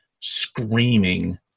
screaming